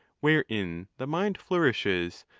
wherein the mind flourishes,